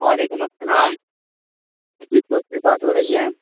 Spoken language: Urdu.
وعلیکم السلام سپورٹ سے بات ہو رہی ہے